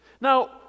Now